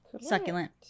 Succulent